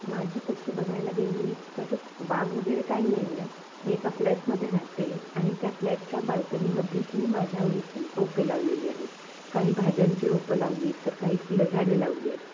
माझी तशी बघायला गेली तर बाग वगैरे काही नाही आहे मी एका फ्लॅटमध्ये राहते आणि त्या फ्लॅटच्या बाल्कनीमध्येच मी माझ्या आवडीची रोपे लावलेली आहेत काही भाज्यांची रोपं लावली तर काही फुलं झाडे लावली आहेत